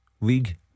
league